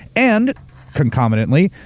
and concomitantly,